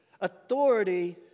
authority